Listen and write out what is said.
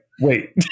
wait